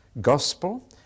Gospel